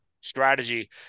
strategy